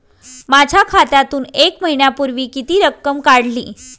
माझ्या खात्यातून एक महिन्यापूर्वी किती रक्कम काढली?